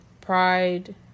Pride